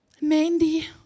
Mandy